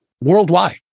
worldwide